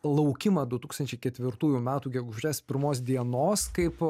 laukimą du tūkstančiai ketvirtųjų metų gegužės pirmos dienos kaip